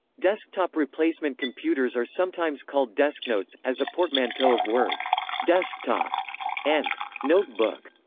desktop replacement computers are sometimes called desknotes, as a portmanteau of words desktop and notebook,